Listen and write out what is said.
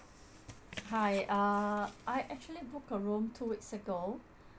hi uh I actually book a room two weeks ago